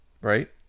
Right